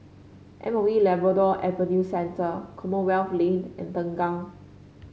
M O E Labrador Adventure Center Commonwealth Lane and Tengah